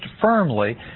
firmly